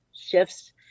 shifts